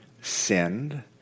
sinned